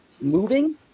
moving